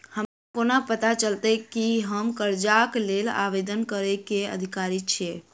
हमरा कोना पता चलतै की हम करजाक लेल आवेदन करै केँ अधिकारी छियै?